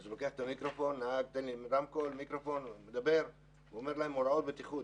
הוא לוקח ממני את המיקרופון ומדבר ואומר להם הוראות בטיחות,